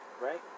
right